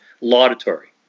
laudatory